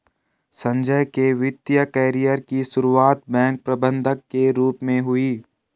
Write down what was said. संजय के वित्तिय कैरियर की सुरुआत बैंक प्रबंधक के रूप में हुई